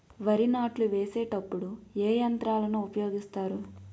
వరి నాట్లు వేసేటప్పుడు ఏ యంత్రాలను ఉపయోగిస్తారు?